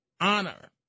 honor